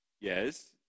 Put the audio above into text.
Yes